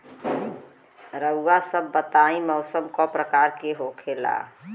रउआ सभ बताई मौसम क प्रकार के होखेला?